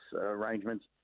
arrangements